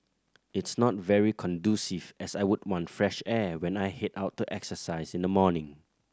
it's not very conducive as I would want fresh air when I head out to exercise in the morning